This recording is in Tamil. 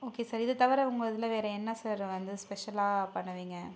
ஓகே சார் இதை தவிர உங்கள் இதில் வேற என்ன சார் வந்து ஸ்பெஷலாக பண்ணுவிங்க